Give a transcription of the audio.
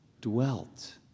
dwelt